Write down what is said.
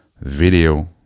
video